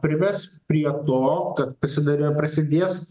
prives prie to kad priside prasidės